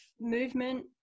movement